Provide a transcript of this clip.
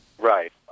Right